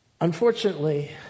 Unfortunately